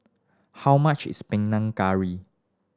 how much is Panang Curry